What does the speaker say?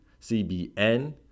CBN